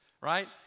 Right